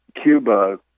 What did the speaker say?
Cuba